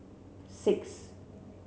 six